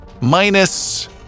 minus